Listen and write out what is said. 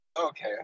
Okay